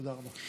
תודה רבה.